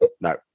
No